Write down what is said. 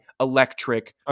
electric